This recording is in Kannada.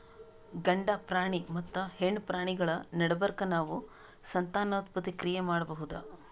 ಗಂಡ ಪ್ರಾಣಿ ಮತ್ತ್ ಹೆಣ್ಣ್ ಪ್ರಾಣಿಗಳ್ ನಡಬರ್ಕ್ ನಾವ್ ಸಂತಾನೋತ್ಪತ್ತಿ ಕ್ರಿಯೆ ಮಾಡಬಹುದ್